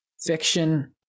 fiction